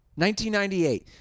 1998